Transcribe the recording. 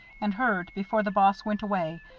and heard, before the boss went away,